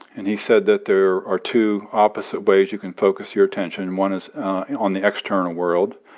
and he said that there are two opposite ways you can focus your attention. one is on the external world.